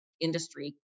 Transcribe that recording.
industry